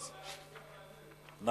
אז, זה היה דו-שיח מעניין.